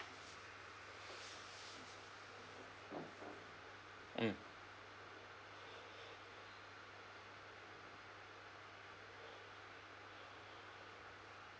mm